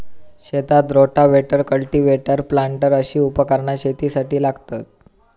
शेतात rotavator, cultivator, planter अशी उपकरणा शेतीसाठी लागतत